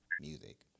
music